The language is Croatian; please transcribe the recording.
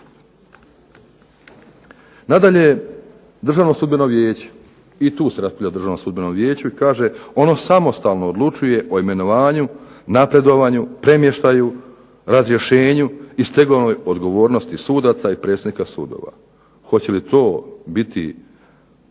Nadalje, Državno sudbeno vijeće i tu se raspravlja o Državnom sudbenom vijeću i kaže, ono samostalno odlučuje o imenovanju, napredovanju, premještaju, razrješenju i stegovnoj odgovornosti sudaca i predsjednika sudova. Hoće li to biti